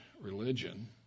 religion